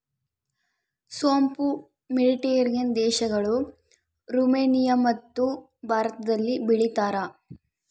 ಸೋಂಪು ಮೆಡಿಟೇರಿಯನ್ ದೇಶಗಳು, ರುಮೇನಿಯಮತ್ತು ಭಾರತದಲ್ಲಿ ಬೆಳೀತಾರ